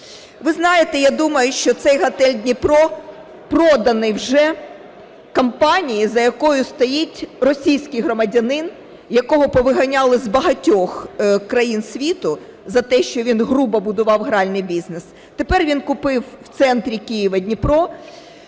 Ви знаєте, я думаю, що цей готель "Дніпро" проданий вже компанії, за якою стоїть російський громадянин, якого повиганяли з багатьох країн світу за те, що він грубо будував гральний бізнес. Тепер він купив в центрі Києва "Дніпро".